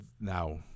now